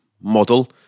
model